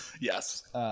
Yes